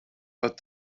but